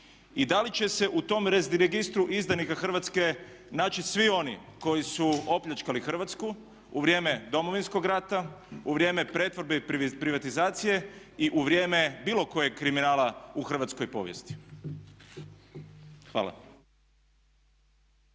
I da li će se u tom registru izdajnika Hrvatske naći svi oni koji su opljačkali Hrvatsku u vrijeme Domovinskog rata, u vrijeme pretvorbe i privatizacije i u vrijeme bilo kojeg kriminala u hrvatskoj povijesti? Hvala.